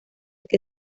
que